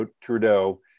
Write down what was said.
Trudeau